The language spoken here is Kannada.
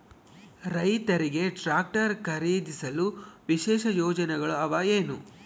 ರೈತರಿಗೆ ಟ್ರಾಕ್ಟರ್ ಖರೇದಿಸಲು ವಿಶೇಷ ಯೋಜನೆಗಳು ಅವ ಏನು?